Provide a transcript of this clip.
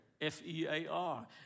F-E-A-R